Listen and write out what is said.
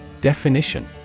Definition